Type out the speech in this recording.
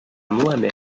mohamed